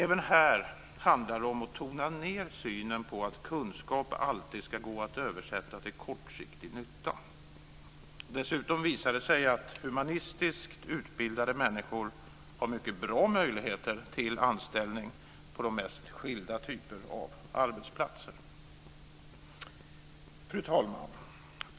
Även här handlar det om att tona ned synen på att kunskap alltid ska gå att översätta till kortsiktig nytta. Dessutom visar det sig att humanistiskt utbildade människor har mycket goda möjligheter till anställning på de mest skilda typer av arbetsplatser. Fru talman!